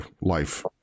life